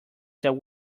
that